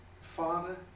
Father